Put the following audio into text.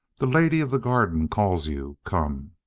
the lady of the garden calls you come